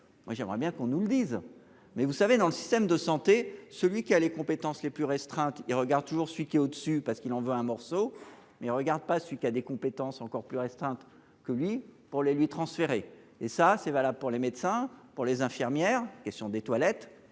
Moi j'aimerais bien qu'on nous le dise. Mais vous savez dans le système de santé, celui qui a les compétences les plus restreinte, il regarde toujours celui qui est au-dessus parce qu'il en veut un morceau mais regarde pas celui qui a des compétences encore plus restreinte que lui pour les lui transférer et ça c'est valable pour les médecins, pour les infirmières. Question des toilettes